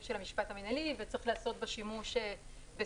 של המשפט המנהלי וצריך לעשות בה שימוש בסבירות,